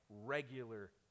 regular